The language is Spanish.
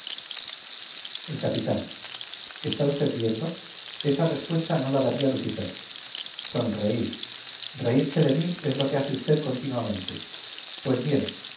el capitán está usted viendo esa respuesta no la daría lucifer sonreír reírse de mí es lo que hace usted continuamente pues bien